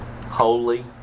Holy